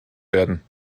werden